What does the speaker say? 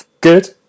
Good